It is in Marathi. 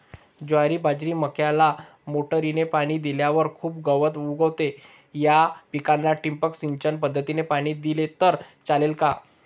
ज्वारी, बाजरी, मक्याला मोटरीने पाणी दिल्यावर खूप गवत उगवते, या पिकांना ठिबक सिंचन पद्धतीने पाणी दिले तर चालेल का?